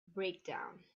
breakdown